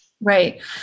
Right